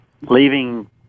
Leaving